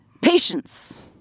Patience